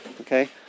okay